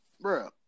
bro